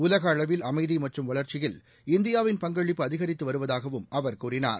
ஊலக அளவில் அமைதி மற்றும் வளர்ச்சியில் இந்தியாவின் பங்களிப்பு அதிகித்து வருவதாகவும் அவர் கூறினார்